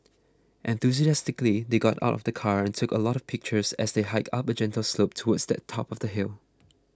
enthusiastically they got out of the car and took a lot of pictures as they hiked up a gentle slope towards the top of the hill